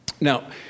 Now